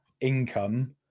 income